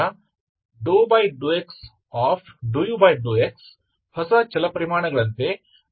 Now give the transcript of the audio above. ∂u∂x ಹೊಸ ಚಲಪರಿಮಾಣಗಳಂತೆ ∂u∂x∂u